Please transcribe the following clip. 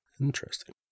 Interesting